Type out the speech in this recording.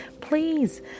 please